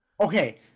Okay